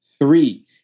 three